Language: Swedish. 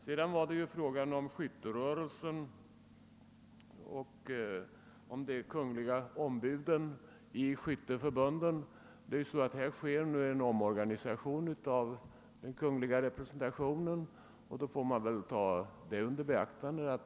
Beträffande frågan om de kungliga ombuden i skytteförbunden vill jag säga att det nu pågår en omorganisation av den kungliga representationen, och denna får väl tas i beaktande.